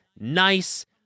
nice